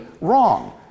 wrong